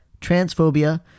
transphobia